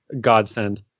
godsend